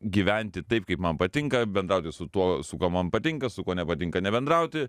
gyventi taip kaip man patinka bendrauti su tuo su kuo man patinka su kuo nepatinka nebendrauti